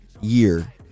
year